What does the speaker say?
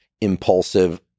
impulsive